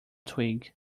twig